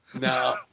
No